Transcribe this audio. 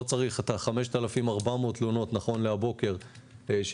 לא צריך 5,400 התלונות נכון להיום בבוקר שהגיעו